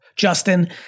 Justin